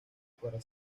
para